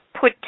put